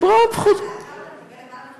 קפלן קיבל